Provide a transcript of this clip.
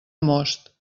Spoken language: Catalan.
most